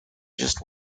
just